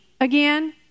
again